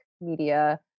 media